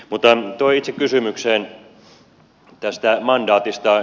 tuohon itse kysymykseen tästä mandaatista